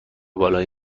بالای